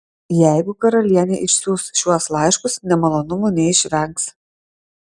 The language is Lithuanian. jeigu karalienė išsiųs šiuos laiškus nemalonumų neišvengs